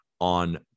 on